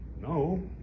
no